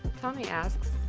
tommy asks,